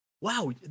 wow